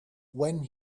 when